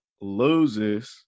loses